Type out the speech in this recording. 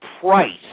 price